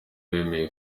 wemeye